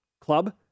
club